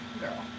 girl